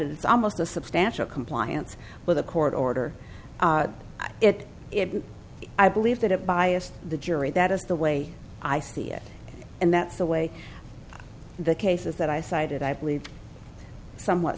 it's almost a substantial compliance with a court order it if i believe that it biased the jury that is the way i see it and that's the way the cases that i cited i believe somewhat